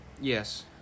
Yes